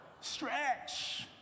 Stretch